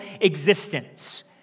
existence